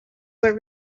were